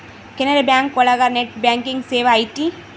Canara bank ಒಳಗ net banking ಸೇವೆ ಐತಿ